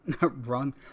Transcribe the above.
run